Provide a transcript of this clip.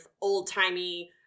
old-timey